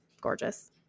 Gorgeous